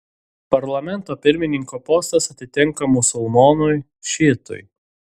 parlamento pirmininko postas atitenka musulmonui šiitui